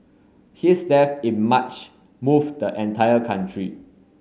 his death in March moved the entire country